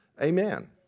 Amen